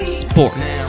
sports